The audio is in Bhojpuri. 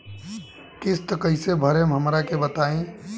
किस्त कइसे भरेम हमरा के बताई?